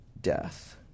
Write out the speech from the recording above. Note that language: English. death